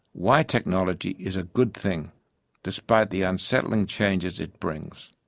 why technology is a good thing despite the unsettling changes it brings.